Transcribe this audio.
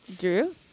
drew